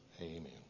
Amen